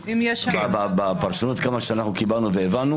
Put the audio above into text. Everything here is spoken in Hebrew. בפרשנות כפי שהבנו,